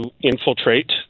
infiltrate